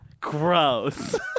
Gross